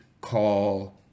call